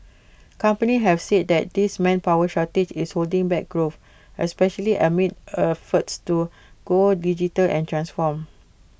companies have said that this manpower shortage is holding back growth especially amid efforts to go digital and transform